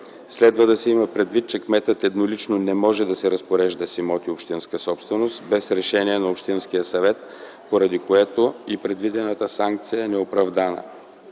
Следва да се има предвид, че кметът еднолично не може да се разпорежда с имоти – общинска собственост, без решение на общинския съвет, поради което и предвидената санкция е неоправдана.